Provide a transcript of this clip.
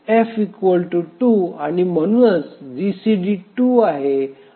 F 2 आणि म्हणूनच GCD 2 आहे आणि